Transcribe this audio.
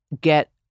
get